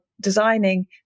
designing